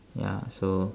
ya so